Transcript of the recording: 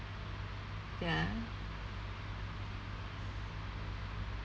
ya